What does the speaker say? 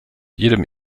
jedem